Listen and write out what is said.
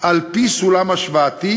על-פי סולם השוואתי